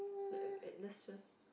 let uh let's just